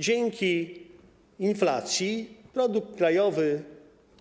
Dzięki inflacji produkt krajowy